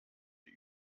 die